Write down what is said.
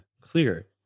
clear